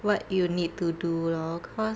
what you need to do lor cause